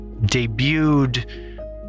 debuted